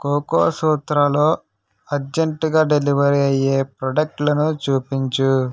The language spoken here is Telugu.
కోకోసూత్రలో అర్జెంట్గా డెలివరీ అయ్యే ప్రోడక్టులను చూపించు